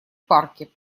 парки